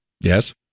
Yes